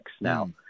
now